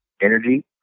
energy